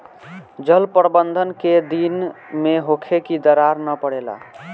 जल प्रबंधन केय दिन में होखे कि दरार न परेला?